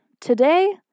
today